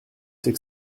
c’est